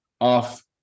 off